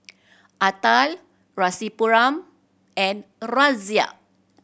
Atal Rasipuram and Razia